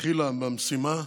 התחילה במשימה.